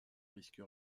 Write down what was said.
risque